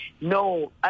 No